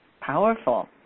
powerful